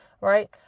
right